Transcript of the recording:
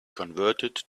converted